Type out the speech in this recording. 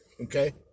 okay